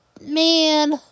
man